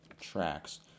tracks